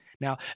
Now